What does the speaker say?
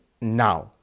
Now